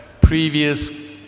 previous